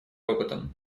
опытом